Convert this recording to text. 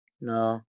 No